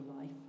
life